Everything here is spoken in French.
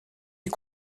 est